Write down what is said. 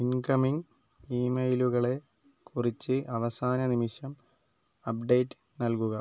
incoming ഇമെയിലുകളെ കുറിച്ച് അവസാന നിമിഷം അപ്ഡേറ്റ് നൽകുക